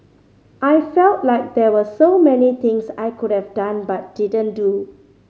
I felt like there were so many things I could have done but didn't do